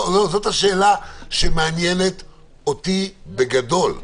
זאת השאלה שמעניינת אותי בגדול.